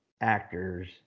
actors